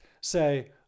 say